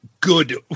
good